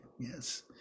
Yes